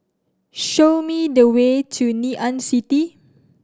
show me the way to Ngee Ann City